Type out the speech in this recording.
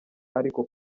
ariko